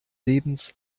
lebens